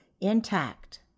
intact